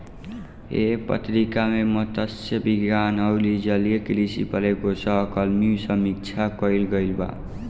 एह पत्रिका में मतस्य विज्ञान अउरी जलीय कृषि पर एगो सहकर्मी समीक्षा कईल गईल बा